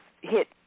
hit